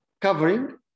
covering